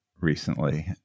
recently